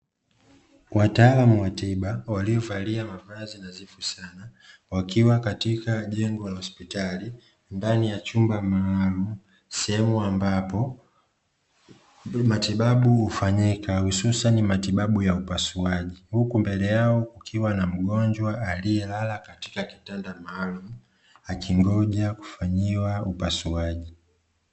Wataalamu wa tiba waliovalia mavazi nadhifu sana wakiwa katika jengo la hospitali ndani ya chumba maalumu sehemu ambapo matibabu hufanyika hususani matibabu ya upasuaji, huku mbele yao kukiwa na mgonjwa aliyelala katika kitanda maalumu akingoja kufanyiwa upasuaji.